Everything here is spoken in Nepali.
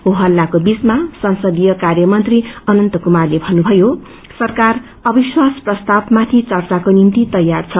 को हस्लाको बीचमा संसदीय कार्यमंत्री अनन्त कुमारले धन्नुभयो सरकार अविश्वास प्रस्तावमाथि चर्चाको निम्ति तैयार छ